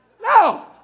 No